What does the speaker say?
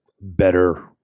better